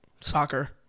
Soccer